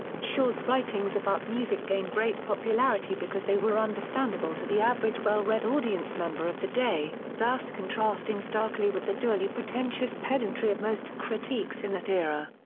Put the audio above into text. shaw's writings about music gained great popularity because they were understandable to the average well-read audience member of the day, thus contrasting starkly with the dourly pretentious pedantry of most critiques in that era.